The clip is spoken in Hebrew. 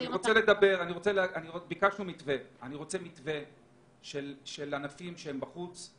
אני רוצה מתווה לענפים שהם בחוץ,